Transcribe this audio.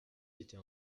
était